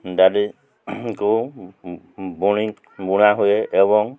ଡାଲି କୁ ବୁଣି ବୁଣା ହୁଏ ଏବଂ